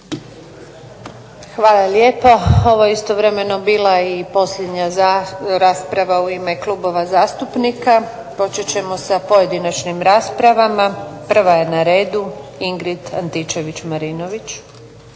Hvala lijepo. Ovo je istovremeno bila i posljednja rasprava u ime klubova zastupnika. Počet ćemo sa pojedinačnim raspravama. Prva je na redu Ingrid Antičević-Marinović.